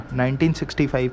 1965